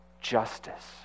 justice